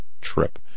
trip